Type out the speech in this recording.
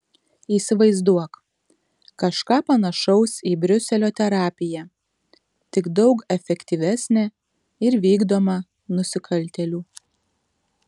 įsivaizduok kažką panašaus į briuselio terapiją tik daug efektyvesnę ir vykdomą nusikaltėlių